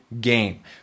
game